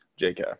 JK